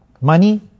Money